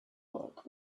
work